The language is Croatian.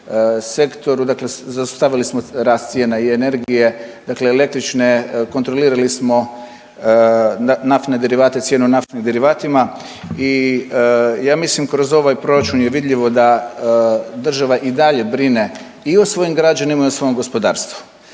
Dakle, zaustavili smo rast cijena i energije, dakle električne. Kontrolirali smo naftne derivate, cijenu naftnim derivatima i ja mislim kroz ovaj proračun je vidljivo da država i dalje brine i o svojim građanima i o svom gospodarstvu.